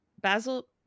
Basil